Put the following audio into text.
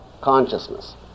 consciousness